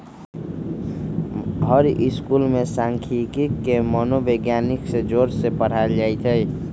हर school में सांखियिकी के मनोविग्यान से जोड़ पढ़ायल जाई छई